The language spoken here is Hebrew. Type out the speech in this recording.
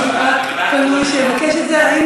לוועדת החוץ והביטחון,